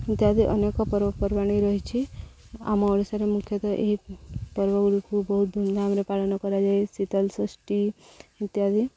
ଇତ୍ୟାଦି ଅନେକ ପର୍ବପର୍ବାଣି ରହିଛି ଆମ ଓଡ଼ିଶାରେ ମୁଖ୍ୟତଃ ଏହି ପର୍ବ ଗୁଡ଼ିକୁ ବହୁତ ଧୁମଧାମରେ ପାଳନ କରାଯାଏ ଶୀତଳଷଷ୍ଠୀ ଇତ୍ୟାଦି